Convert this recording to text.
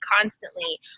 constantly